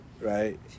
right